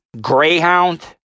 Greyhound